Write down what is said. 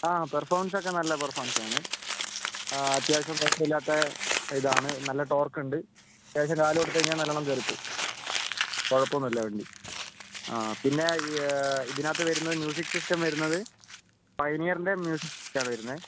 ആ പെർഫോമൻസ് ഒക്കെ നല്ല പെർഫോമൻസ് ആണ് അത്യാവശ്യം കുഴപ്പമില്ലാത്ത ഇതാണ് നല്ല കാൽ കൊടുത്ത് കഴിഞ്ഞാൽ നല്ലോണം കയറിപ്പോവും കുഴപ്പമൊന്നുമില്ല വണ്ടി ആ പിന്നെ ഈ ഇതിനകത്ത് വരുന്ന മ്യൂസിക് സിസ്റ്റം വരുന്നത് പ്രൈമിയറിൻ്റെ മ്യൂസിക് സിസ്റ്റം ആണ് വരുന്നത്